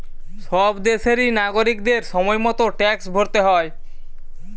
সব দেশেরই নাগরিকদের সময় মতো ট্যাক্স ভরতে হয়